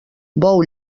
bou